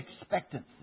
expectancy